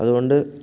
അതുകൊണ്ട്